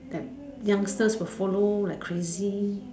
that youngsters will follow like crazy